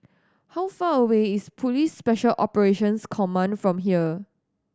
how far away is Police Special Operations Command from here